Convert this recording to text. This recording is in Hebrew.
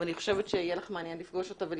ואני חושבת שיהיה לך מעניין לשמוע אותה לפגוש אותה.